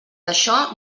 això